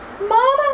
Mama